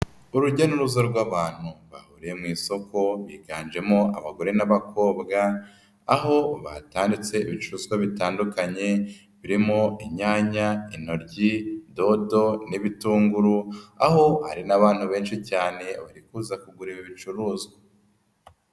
Urujya n'uruza rw'abantu bahuriye mu isoko, biganjemo abagore n'abakobwa, aho batanditse ibicuruzwa bitandukanye, birimo imyanya, intoryi, dodo n'ibitunguru, aho hari n'abantu benshi cyane, barikuza kugura ibi bicuruzwa.